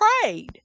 prayed